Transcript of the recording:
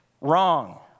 wrong